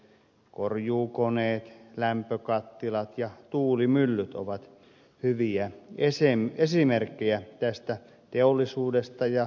korjuukoneet lämpökattilat ja tuulimyllyt ovat hyviä esimerkkejä tästä teollisuudesta ja mahdollisuudesta